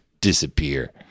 disappear